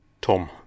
Tom